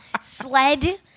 sled